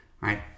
right